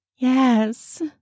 Yes